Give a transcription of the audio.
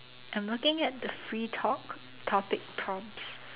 I'm looking at the free talk topic prompts